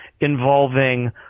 involving